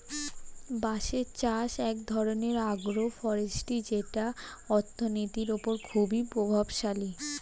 বাঁশের চাষ এক ধরনের আগ্রো ফরেষ্ট্রী যেটা অর্থনীতির ওপর খুবই প্রভাবশালী